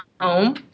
home